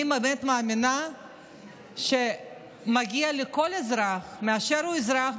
אני באמת מאמינה שמגיע לכל אזרח באשר הוא אזרח,